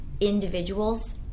individuals